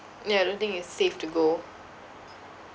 ya I don't think it's safe to go